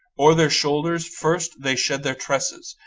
o'er their shoulders first they shed their tresses,